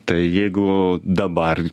tai jeigu dabar